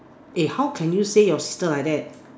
eh how can you say your sister like that